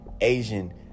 Asian